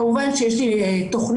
כמובן שיש לי תוכנית.